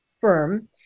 firm